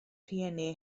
rhieni